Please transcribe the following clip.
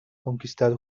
conquistar